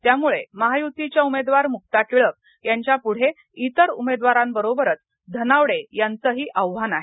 त्यामुळे महायुतीच्या उमेदवार मुक्ता टिळक यांच्यापुढे इतर उमेदवारांबरोबरच धनावडे यांचंही आव्हान आहे